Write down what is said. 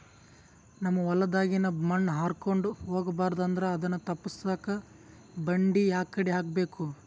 ನಮ್ ಹೊಲದಾಗಿನ ಮಣ್ ಹಾರ್ಕೊಂಡು ಹೋಗಬಾರದು ಅಂದ್ರ ಅದನ್ನ ತಪ್ಪುಸಕ್ಕ ಬಂಡಿ ಯಾಕಡಿ ಹಾಕಬೇಕು?